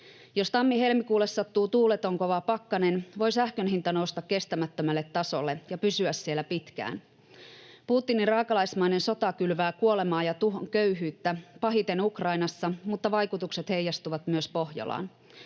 Jos tammi—helmikuulle sattuu tuuleton, kova pakkanen, voi sähkön hinta nousta kestämättömälle tasolle ja pysyä siellä pitkään. Putinin raakalaismainen sota kylvää kuolemaa ja köyhyyttä — pahiten Ukrainassa, mutta vaikutukset heijastuvat myös Pohjolaan,